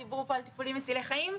דיברו פה על טיפולים מצילי חיים,